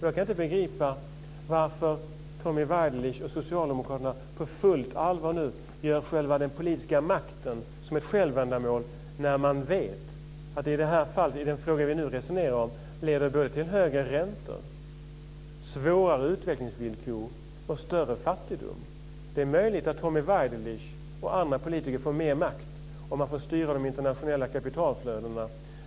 Jag kan inte begripa varför Tommy Waidelich och socialdemokraterna på fullt allvar gör själva den politiska makten till ett självändamål, när man vet att det i den fråga vi nu resonerar om leder till högre räntor, svårare utvecklingsvillkor och större fattigdom. Det är möjligt att Tommy Waidelich och andra politiker får mer makt om man får styra de internationella kapitalflödena.